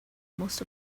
most